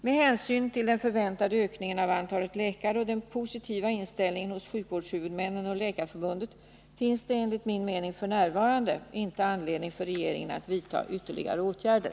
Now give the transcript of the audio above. Med hänsyn till den förväntade ökningen av antalet läkare och den positiva inställningen hos sjukvårdshuvudmännen och Läkarförbundet finns det enligt min mening f. n. inte anledning för regeringen att vidta ytterligare åtgärder.